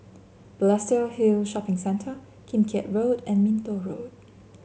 Balestier Hill Shopping Centre Kim Keat Road and Minto Road